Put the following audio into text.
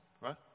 right